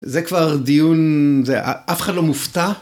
זה כבר דיון, זה אף אחד לא מופתע.